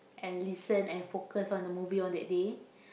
and listen and focus on the movie on that day